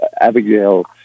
Abigail